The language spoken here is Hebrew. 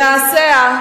במעשיה,